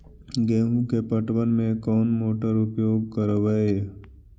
गेंहू के पटवन में कौन मोटर उपयोग करवय?